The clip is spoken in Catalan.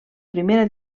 primera